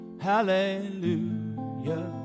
Hallelujah